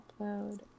upload